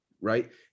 right